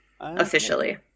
officially